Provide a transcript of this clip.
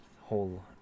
whole